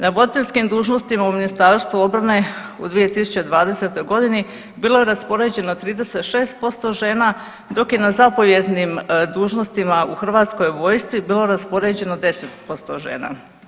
Na voditeljskim dužnostima u Ministarstvu obrane u 2020. godini bilo je raspoređeno 36% žena dok je na zapovjednim dužnostima u hrvatskoj vojsci bilo raspoređeno 10% žena.